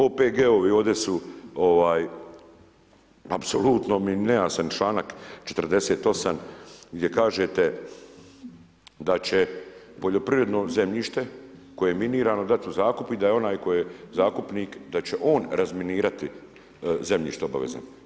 OPG-ovi ovdje su apsolutno mi nejasan članak 48. gdje kažete da će – Poljoprivredno zemljište koje je minirano dati u zakup i da je onaj koji je zakupnik da će on razminirati zemljište, obavezan.